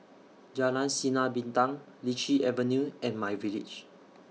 Jalan Sinar Bintang Lichi Avenue and MyVillage